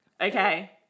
Okay